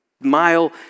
Mile